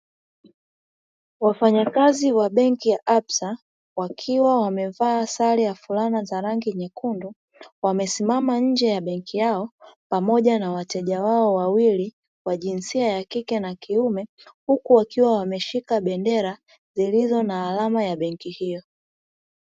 Wafanyakazi wa benki ya absa, wakiwa wamevaa sare za rangi nyekundu; wamesimama nje ya benki yao pamoja na wateja wao wawili wa jinsi ya kike na kiume, huku wakiwa wameshika bendera zilizo na alama ya benki hiyo.